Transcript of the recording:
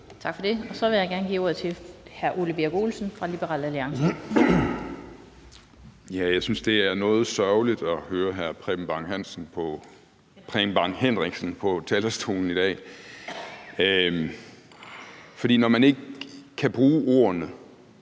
Tak for det. Så vil jeg gerne give ordet til hr. Ole Birk Olesen fra Liberal Alliance. Kl. 18:29 Ole Birk Olesen (LA): Jeg synes, det er noget sørgeligt at høre hr. Preben Bang Henriksen på talerstolen i dag, for når man ikke kan bruge ordene